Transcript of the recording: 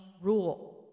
Rule